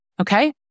okay